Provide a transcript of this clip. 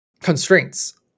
constraints